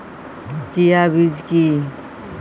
Chia বীজ কী?